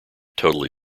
totally